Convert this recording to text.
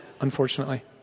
unfortunately